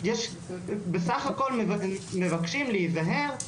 בסך הכול מבקשים להיזהר.